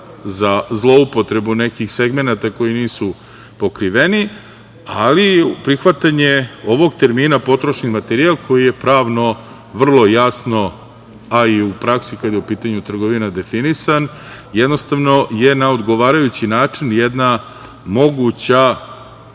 za zloupotrebu nekih segmenata koji nisu pokriveni, ali prihvatanje ovog termina potrošni materijal, koji je pravno vrlo jasno, a i u praksi kada je u pitanju trgovina, definisan, jednostavno je na odgovarajući način jedna